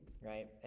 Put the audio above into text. right